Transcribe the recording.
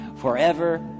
forever